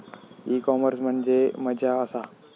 E commerce म्हणजे मझ्या आसा?